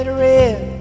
red